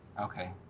Okay